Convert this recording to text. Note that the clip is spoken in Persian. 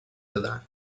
دادن